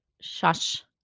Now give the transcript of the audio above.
shush